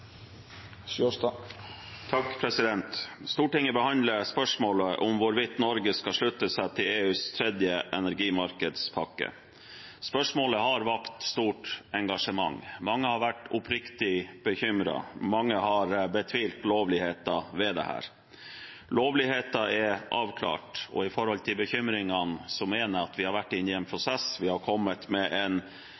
Stortinget behandler spørsmålet om hvorvidt Norge skal slutte seg til EUs tredje energimarkedspakke. Spørsmålet har vakt stort engasjement. Mange har vært oppriktig bekymret. Mange har betvilt lovligheten ved dette. Lovligheten er avklart, og når det gjelder bekymringene, mener jeg at vi har vært inne i en